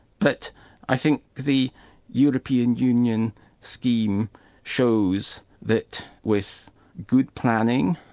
but i think the european union scheme shows that with good planning,